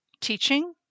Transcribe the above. teaching